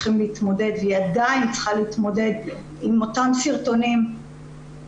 היו צריכים להתמודד והיא עדיין צריכה להתמודד עם אותם סרטונים שהופצו